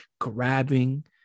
grabbing